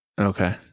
Okay